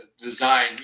design